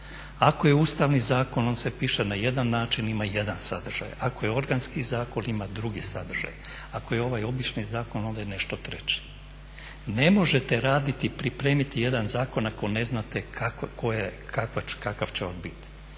Ako je ustavni zakon on se piše na jedan način i ima jedan sadržaj, ako je organski zakon ima drugi sadržaj, ako je ovaj obični zakon onda je nešto treće. Ne možete raditi i pripremiti jedan zakona ako ne znate kakav će on biti.